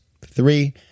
Three